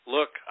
Look